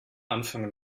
anfangen